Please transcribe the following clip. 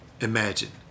Imagine